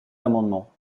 amendements